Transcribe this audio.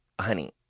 honey